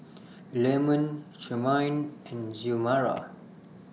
Leamon Charmaine and Xiomara